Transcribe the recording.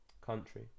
country